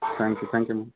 thank you thank you ma'am